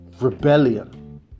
rebellion